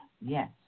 Yes